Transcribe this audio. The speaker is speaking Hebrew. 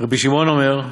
"רבי שמעון אומר,